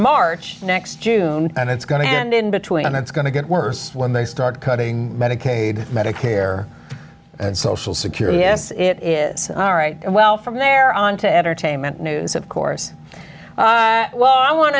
march next june and it's going to end in between and it's going to get worse when they start cutting medicaid medicare and social security yes it is all right well from there on to entertainment news of course well i want